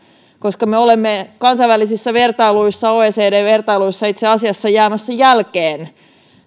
koska me olemme kansainvälisissä vertailuissa oecd vertailuissa itse asiassa jäämässä jälkeen